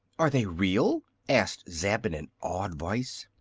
are they real? asked zeb, in an awed voice.